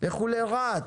לכו לרהט,